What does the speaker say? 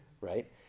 right